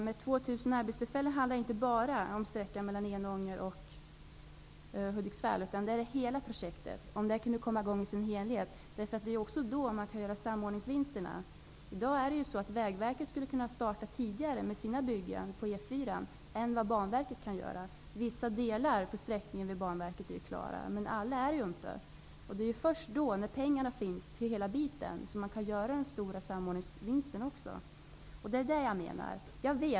Det är inte bara projektet rörande sträckan Enångar--Hudiksvall som skulle ge 2 000 nya arbetstillfällen, utan det gäller också om hela projektet skulle komma i gång. Det är också då man kan göra samordningsvinster. Vägverket skulle kunna starta tidigare med sina byggen på E 4:an än vad Banverket kan göra. Vissa delar av sträckningen är klara vid Banverket, inte alla. Det är först då pengarna finns för hela projektet som man kan göra den stora samordningsvinsten. Det är vad jag menar.